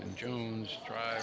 in june try